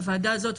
הוועדה הזאת,